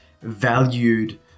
valued